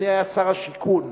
אדוני היה שר השיכון.